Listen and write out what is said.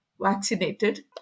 vaccinated